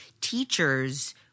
teachers –